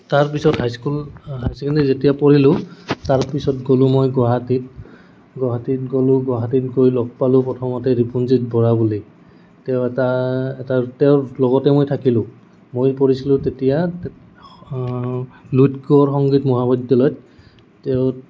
তাৰপিছত high school high secondary যেতিয়া পঢ়িলোঁ তাৰপিছত গ'লোঁ মই গুৱাহাটীত গুৱাহাটীত গ'লোঁ গুৱাহাটীত গৈ লগ পালোঁ প্ৰথমতে ৰিপুঞ্জিত বৰা বুলি তেওঁ এটা এটা তেওঁৰ লগতে মই থাকিলোঁ মই পঢ়িছিলোঁ তেতিয়া লুইত গড় সংগীত মহাবিদ্যালয়ত তেওঁ